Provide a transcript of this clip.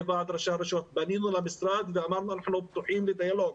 ועד ראשי הרשויות פנינו למשרד ואמרנו שאנחנו פתוחים לדיאלוג.